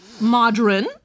modern